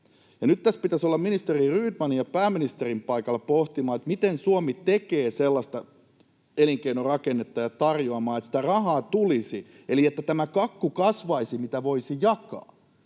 nyt tässä pitäisi olla ministeri Rydmanin ja pääministerin paikalla pohtimassa, miten Suomi tekee sellaista elinkeinorakennetta ja tarjoamaa, että sitä rahaa tulisi eli että tämä kakku kasvaisi, mitä voisi jakaa.